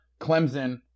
Clemson